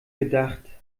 gedacht